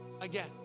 again